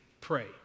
pray